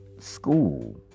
school